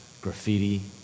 graffiti